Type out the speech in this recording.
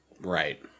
Right